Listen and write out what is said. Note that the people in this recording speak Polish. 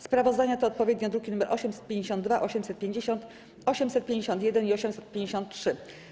Sprawozdania to odpowiednio druki nr 852, 850, 851 i 853.